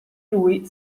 lui